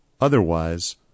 Otherwise